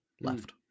left